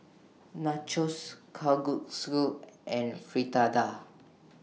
Nachos Kalguksu and Fritada